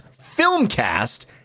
FilmCast